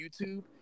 YouTube